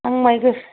आं माइ गोसोम